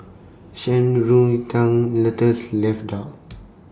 Shan Rui Tang Lotus Leaf Duck